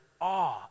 awe